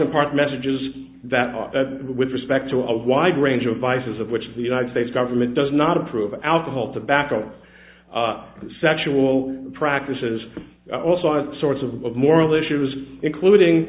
apart messages that are with respect to a wide range of vices of which the united states government does not approve of alcohol tobacco and sexual practices also are the sorts of moral issues including